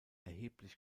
erheblich